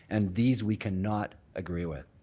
and these we cannot agree with.